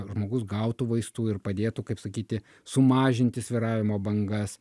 žmogus gautų vaistų ir padėtų kaip sakyti sumažinti svyravimo bangas